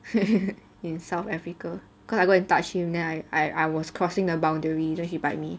in South Africa cause I go and touch him then I I was crossing the boundary then he don't bite me